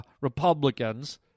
Republicans